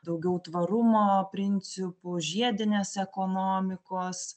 daugiau tvarumo principų žiedinės ekonomikos